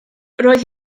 roedd